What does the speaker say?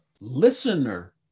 listener